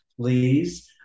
Please